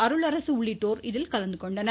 அருளரசு உள்ளிட்டோர் இதில் கலந்துகொண்டனர்